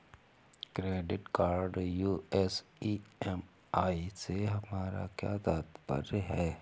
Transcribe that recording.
Credit card US EMI से हमारा क्या तात्पर्य है?